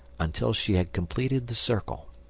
until she had completed the circle.